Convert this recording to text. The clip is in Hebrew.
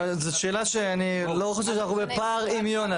זו שאלה שאני לא חושב שאנחנו בפער עם יונש.